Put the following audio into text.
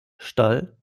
stall